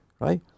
Right